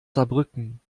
saarbrücken